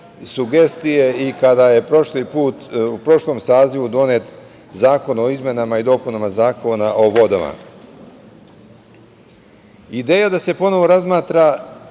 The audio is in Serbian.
sugestije i kada je prošli put, u prošlom sazivu donet Zakon o izmenama i dopunama Zakona o vodama. Ideja da se ponovo razmatra,